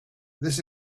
this